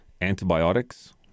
antibiotics